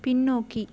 பின்னோக்கி